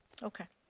okay.